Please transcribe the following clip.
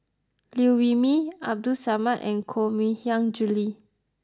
Liew Wee Mee Abdul Samad and Koh Mui Hiang Julie